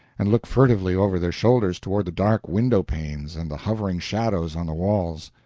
and look furtively over their shoulders toward the dark window-panes and the hovering shadows on the walls.